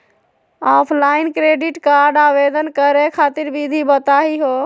Offline credit card आवेदन करे खातिर विधि बताही हो?